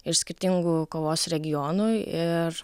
iš skirtingų kavos regionų ir